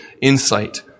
insight